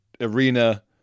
arena